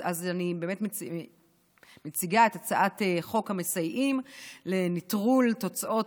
אז אני באמת מציגה את הצעת חוק המסייעים לנטרול תוצאות